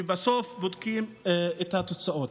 ובסוף בודקים את התוצאות.